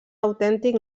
autèntic